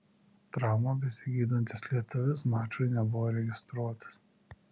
traumą besigydantis lietuvis mačui nebuvo registruotas